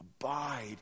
Abide